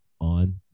on